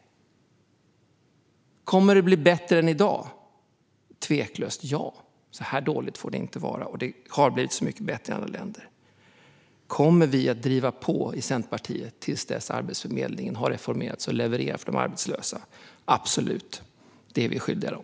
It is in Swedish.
Kommer det att bli bättre än i dag? Tveklöst ja. Så här dåligt får det inte vara, och det har blivit så mycket bättre i andra länder. Kommer vi i Centerpartiet att driva på till dess att Arbetsförmedlingen har reformerats och levererar för de arbetslösa? Absolut - det är vi skyldiga dem.